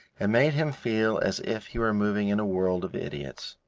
it made him feel as if he were moving in a world of idiots.